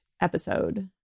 episode